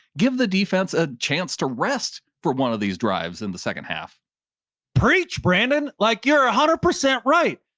give the defense a chance to rest for one of these drives in the second adam half preach brandon like you're a hundred percent right.